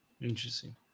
Interesting